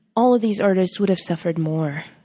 all of these artists would have suffered more.